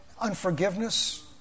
unforgiveness